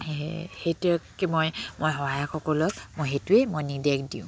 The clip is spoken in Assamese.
সেইটোকে মই মই সহায়কসকলক মই সেইটোৱে মই নিৰ্দেশ দিওঁ